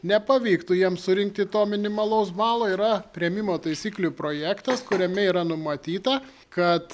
nepavyktų jam surinkti to minimalaus balo yra priėmimo taisyklių projektas kuriame yra numatyta kad